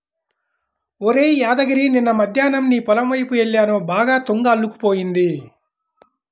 ఒరేయ్ యాదగిరి నిన్న మద్దేన్నం నీ పొలం వైపు యెల్లాను బాగా తుంగ అల్లుకుపోయింది